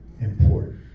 important